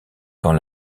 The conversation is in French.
quand